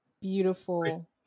beautiful